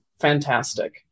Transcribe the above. fantastic